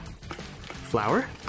Flour